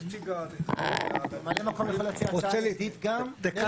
נציג האדריכלים --- ממלא מקום יכול להציע הצעה נגדית גם?